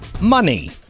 Money